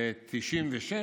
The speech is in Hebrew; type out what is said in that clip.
ב-1996